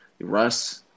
Russ